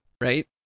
right